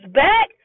back